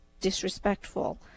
disrespectful